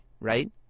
right